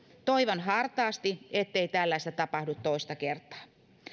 toivon hartaasti ettei tällaista tapahdu toista kertaa